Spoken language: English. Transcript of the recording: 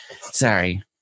Sorry